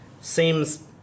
seems